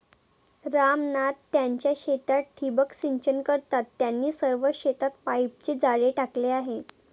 राम नाथ त्यांच्या शेतात ठिबक सिंचन करतात, त्यांनी सर्व शेतात पाईपचे जाळे टाकले आहे